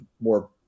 more